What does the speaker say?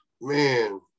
man